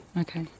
Okay